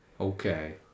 Okay